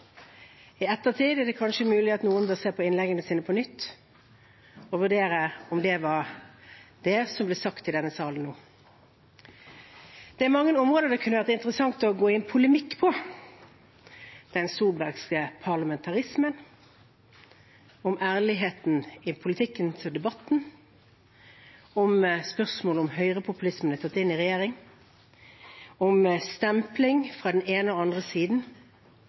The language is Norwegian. I ettertid er det mulig at noen bør se på innleggene sine på nytt og vurdere om det var det som ble sagt i denne salen nå. Det er mange områder det kunne vært interessant å gå i polemikk om – den solbergske parlamentarismen, ærligheten i den politikken som er i debatten, spørsmålet om høyrepopulismen er tatt inn i regjering, stempling fra den ene og den andre siden.